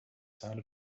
sound